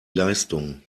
leistung